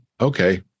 okay